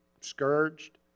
scourged